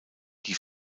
die